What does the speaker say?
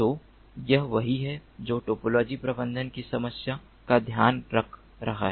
तो यह वही है जो टोपोलॉजी प्रबंधन की समस्या का ध्यान रख रहा है